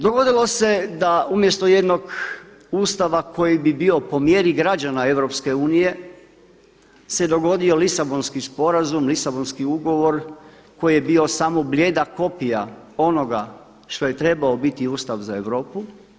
Dogodilo se da umjesto jednog Ustava koji bi bio po mjeri građana EU se dogodio Lisabonski sporazum, Lisabonski ugovor koji je bio samo blijeda kopija onoga što je trebao biti Ustav za Europu.